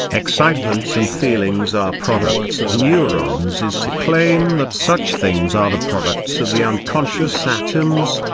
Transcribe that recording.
excitements and feelings are products of neurons is to claim that such things are the products of the unconscious atoms,